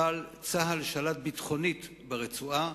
אבל צה"ל שלט ביטחונית ברצועה.